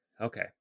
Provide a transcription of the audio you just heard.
Okay